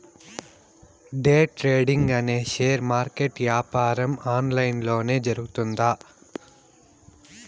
day trading అనే share market యాపారం online లొనే జరుగుతాది